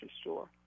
store